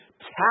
tap